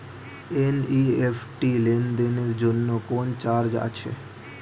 NEFT লেনদেনের জন্য কোন চার্জ আছে?